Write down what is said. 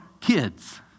kids